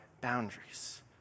boundaries